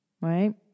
right